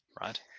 right